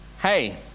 Hey